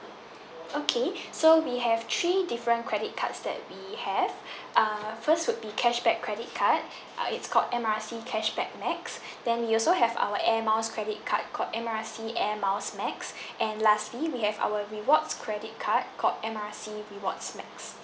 okay so we have three different credit cards that we have err first would be cashback credit card uh it's called M_R_C cashback max then we also have our air miles credit card called M_R_C air miles max and lastly we have our rewards credit card called M_R_C rewards max